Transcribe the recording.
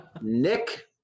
Nick